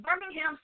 Birmingham